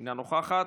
אינה נוכחת,